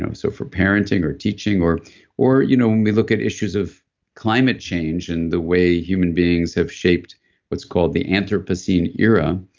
um so for parenting or teaching. or or you know and we look at issues of climate change and the way human beings have shaped what's called the anthropocene era.